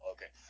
Okay